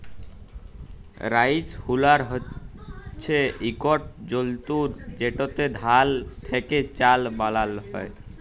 rice huller হছে ইকট যল্তর যেটতে ধাল থ্যাকে চাল বালাল হ্যয়